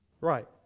Right